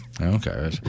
okay